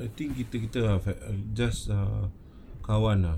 I think kita kita ah if I uh just uh kawan ah